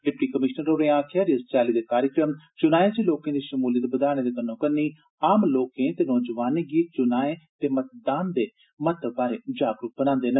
deputy commissioner होरें आखेआ ऐ जे इस चाल्ली दे कार्यक्रम चुनाएं च लोकें दी शमूलियत बधाने दे कन्नो कन्नी आम लोके ते नौजवानें गी चुनाएं ते मतदान दे महत्व बारे जागरूक बनांदे न